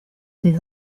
des